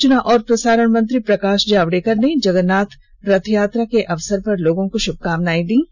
सूचना और प्रसारण मंत्री प्रकाश जावड़ेकर ने जगन्नाथ रथयात्रा के पावन अवसर पर लोगों को शुभकामनाएं दी हैं